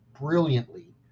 brilliantly